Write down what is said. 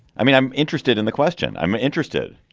i mean, i'm interested in the question. i'm interested.